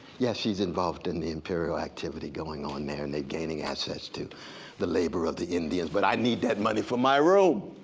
yes, she's involved in the empirical activity going on there, and then gaining access to the labor of the indians, but i need that money for my room.